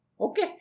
Okay